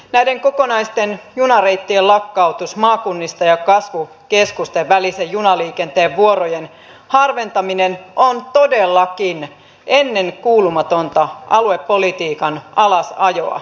näiden kokonaisten junareittien lakkautus maakunnista ja kasvukeskusten välisen junaliikenteen vuorojen harventaminen ovat todellakin ennenkuulumatonta aluepolitiikan alasajoa